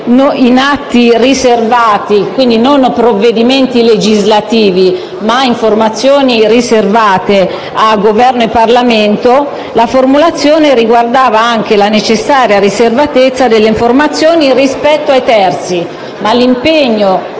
in atti riservati, e quindi non provvedimenti legislativi, a Governo e Parlamento, la formulazione riguarda anche la necessaria riservatezza delle informazioni rispetto ai terzi. L'impegno